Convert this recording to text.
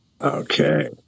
Okay